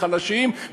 חלשים,